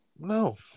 No